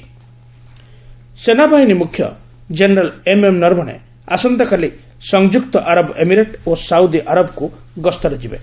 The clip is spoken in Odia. ଆର୍ମି ଚିଫ୍ ୟୁଏଇ ସେନାବାହିନୀ ମ୍ରଖ୍ୟ ଜେନେରାଲ୍ ଏମ୍ଏମ୍ ନର୍ବଣେ ଆସନ୍ତାକାଲି ସଂଯୁକ୍ତ ଆରବ ଏମିରେଟ୍ ଓ ସାଉଦି ଆରବକୁ ଗସ୍ତରେ ଯିବେ